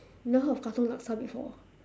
you never heard of katong laksa before ah